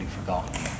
forgotten